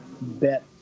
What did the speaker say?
bet